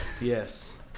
yes